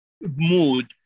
mood